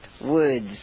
words